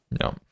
No